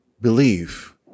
believe